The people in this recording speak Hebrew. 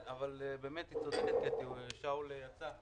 אבל באמת צודקת קטי, שאול יצא.